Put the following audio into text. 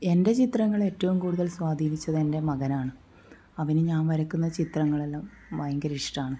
എൻറെ ചിത്രങ്ങൾ ഏറ്റവും കൂടുതൽ സ്വാധീനിച്ചത് എൻ്റെ മകനാണ് അവൻ ഞാൻ വരയ്ക്കുന്ന ചിത്രങ്ങളെല്ലാം ഭയങ്കര ഇഷ്ടമാണ്